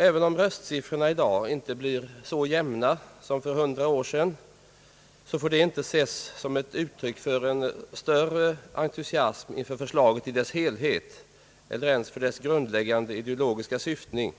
Även om röstsiffrorna i dag inte blir så jämna som för hundra år sedan får detta inte ses som ett uttryck för någon större entusiasm för förslaget i dess helhet celler ens för dess grundläggande ideologiska syftning.